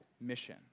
mission